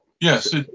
yes